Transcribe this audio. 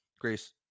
Grace